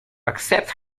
accept